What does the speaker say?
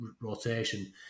rotation